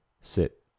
sit